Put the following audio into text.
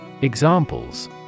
Examples